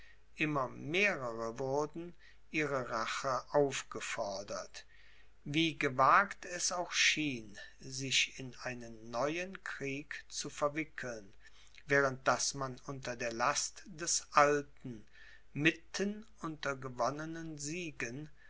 immer mehrere wurden ihre rache aufgefordert wie gewagt es auch schien sich in einen neuen krieg zu verwickeln während daß man unter der last des alten mitten unter gewonnenen siegen